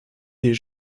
des